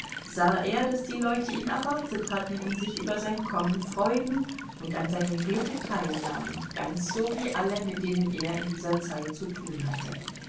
sah er daß die leute ihn erwartet hatten und sich über sein kommen freuten und an seinem glücke teilnahmen ganz so wie alle mit denen er in dieser zeit zu tun hatte